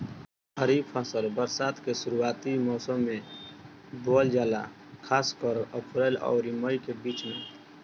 खरीफ फसल बरसात के शुरूआती मौसम में बोवल जाला खासकर अप्रैल आउर मई के बीच में